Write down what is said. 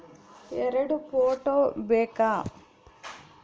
ಎರಡು ಫೋಟೋ ಬೇಕಾ?